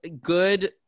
good